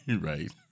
Right